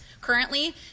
currently